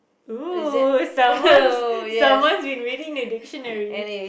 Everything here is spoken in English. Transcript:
!woo! someone's someone's been reading the dictionary